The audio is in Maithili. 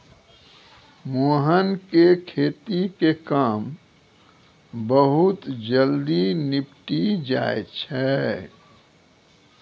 मोहन के खेती के काम बहुत जल्दी निपटी जाय छै